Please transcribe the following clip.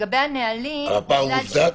לגבי הנהלים --- הפער מוצדק?